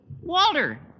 Walter